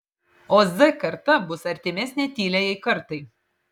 o z karta bus artimesnė tyliajai kartai